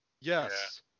Yes